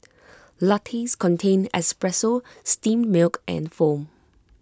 lattes contain espresso steamed milk and foam